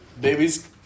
babies